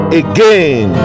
again